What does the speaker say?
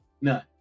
None